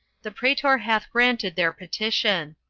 the praetor hath granted their petition.